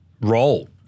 roll